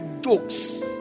jokes